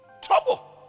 Trouble